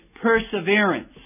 perseverance